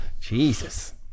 Jesus